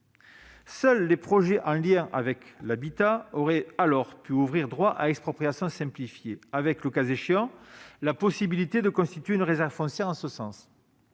Seuls les projets en lien avec l'habitat auraient alors pu ouvrir droit à expropriation simplifiée avec, le cas échéant, la possibilité de constituer une réserve foncière en ce sens.